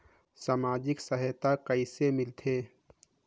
समाजिक सहायता कइसे मिलथे?